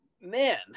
Man